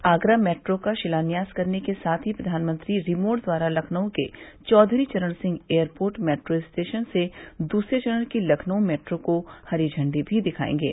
Agra metro का शिलान्यास करने के साथ ही प्रधानमंत्री रिमोट द्वारा लखनऊ के Chaudhary Charan Singh airport metro station से दूसरे चरण की लखनऊ मेट्रो को हरी झंडी भी दिखायेंगे